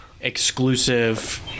exclusive